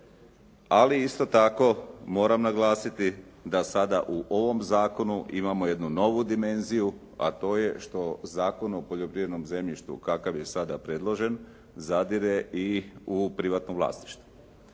ali isto tako moram naglasiti da sada u ovom zakonu imamo jednu novu dimenziju, a to je što Zakon o poljoprivrednom zemljištu kakav je sada predložen zadire i u privatno vlasništvo.